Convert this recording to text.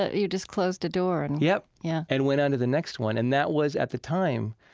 ah you just closed the door and, yep yeah and went on to the next one. and that was, at the time,